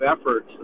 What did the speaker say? efforts